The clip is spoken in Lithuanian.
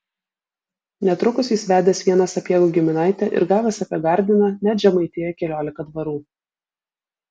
netrukus jis vedęs vieną sapiegų giminaitę ir gavęs apie gardiną net žemaitiją keliolika dvarų